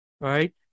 Right